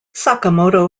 sakamoto